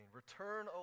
Return